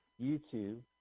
YouTube